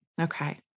Okay